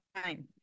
time